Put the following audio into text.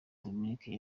dominic